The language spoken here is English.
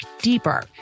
deeper